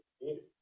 needed